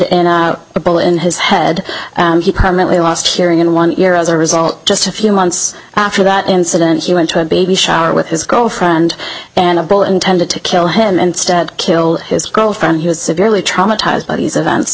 ball in his head he permanently lost hearing in one ear as a result just a few months after that incident he went to a baby shower with his girlfriend and a bull intended to kill him instead kill his girlfriend he was severely traumatized by these events